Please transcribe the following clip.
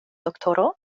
doktoro